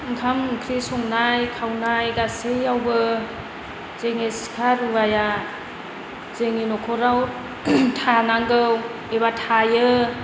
ओंखाम ओंख्रि संनाय खावनाय गासैयावबो जोंनि सिखा रुवाया जोंनि नखराव थानांगौ एबा थायो